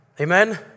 Amen